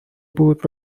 بود